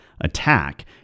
attack